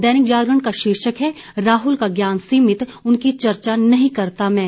दैनिक जागरण का शीर्षक है राहुल का ज्ञान सीमित उनकी चर्चा नहीं करता मैं